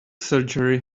surgery